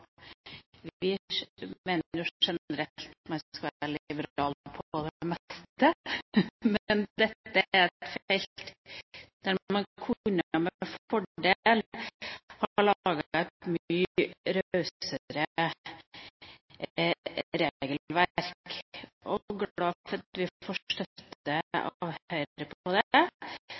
jo generelt at man skal være liberal i det meste, men dette er et felt der man med fordel kunne ha laget et mye rausere regelverk. Jeg er glad for at vi får støtte av Høyre